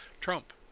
Trump